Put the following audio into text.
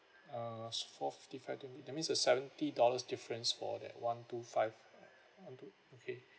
uh it's four fifty five to it that means the seventy dollars difference for that one two five one two okay